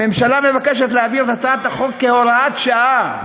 הממשלה מבקשת להעביר את הצעת החוק כהוראת שעה.